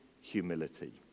humility